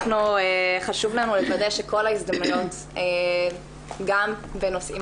חשוב לנו לוודא שכל ההזדמנויות גם בנושאים